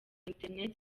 interineti